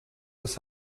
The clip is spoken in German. das